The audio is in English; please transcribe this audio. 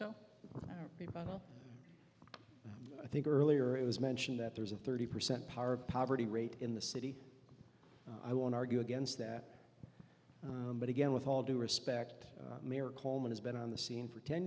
already i think earlier it was mentioned that there's a thirty percent power poverty rate in the city i want argue against that but again with all due respect mayor coleman has been on the scene for ten